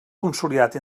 consolidat